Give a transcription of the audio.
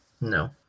No